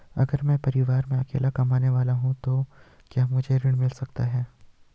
अगर मैं परिवार में अकेला कमाने वाला हूँ तो क्या मुझे ऋण मिल सकता है?